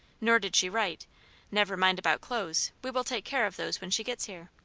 nor did she write never mind about clothes we will take care of those when she gets here.